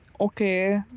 okay